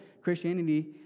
Christianity